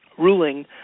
ruling